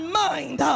mind